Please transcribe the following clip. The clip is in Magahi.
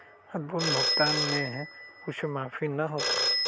लोन भुगतान में कुछ माफी न होतई?